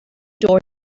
door